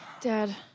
Dad